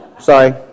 sorry